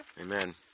Amen